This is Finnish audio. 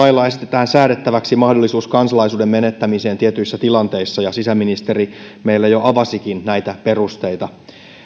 esitetään säädettäväksi mahdollisuus kansalaisuuden menettämiseen tietyissä tilanteissa ja sisäministeri meille jo avasikin näitä perusteita